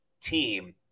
team